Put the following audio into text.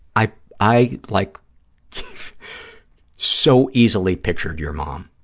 i i like so easily pictured your mom,